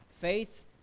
faith